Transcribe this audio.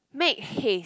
make haste